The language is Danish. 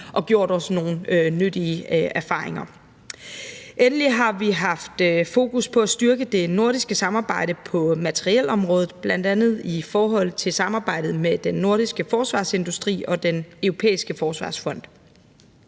og gjort os nogle nyttige erfaringer. Endelig har vi haft fokus på at styrke det nordiske samarbejde på materielområdet, bl.a. i forhold til samarbejdet med den nordiske forsvarsindustri og Den Europæiske Forsvarsfond.